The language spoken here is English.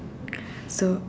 to